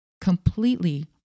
completely